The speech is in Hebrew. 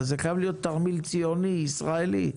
זה חייב להיות תרמיל ציוני ישראלי.